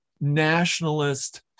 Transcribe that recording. nationalist